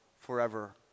forever